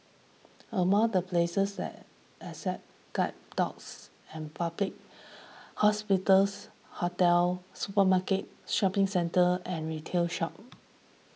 among the places that accept guide dogs and public hospitals hotels supermarkets shopping centres and retail stores